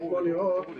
אבל רואים.